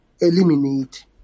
eliminate